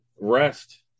rest